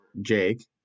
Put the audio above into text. Jake